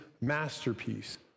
masterpiece